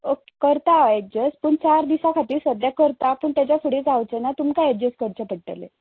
okay करता हांव adjust पूण चार दिसां खातीर सद्याक करता पूण ताज्या फुडें जावचें ना तुमकां एडजस करचें पडटलें